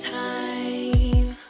time